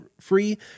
free